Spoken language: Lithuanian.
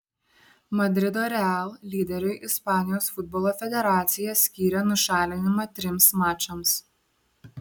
madrido real lyderiui ispanijos futbolo federacija skyrė nušalinimą trims mačams